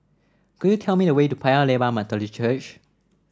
could you tell me the way to Paya Lebar Methodist Church